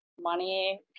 money